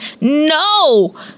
no